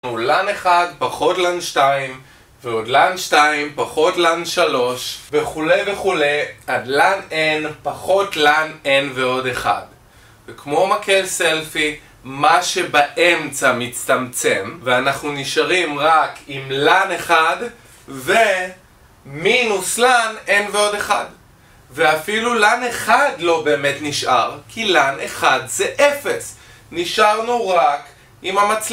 לנו Lan1 פחות Lan2 ועוד Lan2 פחות Lan3 וכולי וכולי עד LanN פחות LanN ועוד 1 וכמו מקל סלפי מה שבאמצע מצטמצם ואנחנו נשארים רק עם Lan1 ומינוס LanN ועוד 1 ואפילו Lan1 לא באמת נשאר כי Lan1 זה 0 נשארנו רק עם